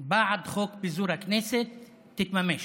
בעד חוק פיזור הכנסת תתממש.